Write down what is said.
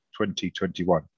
2021